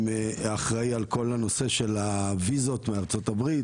עם האחראי על כל הנושא של הוויזות מארצות הברית,